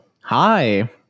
Hi